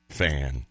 fan